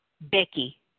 Becky